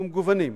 ומשונים.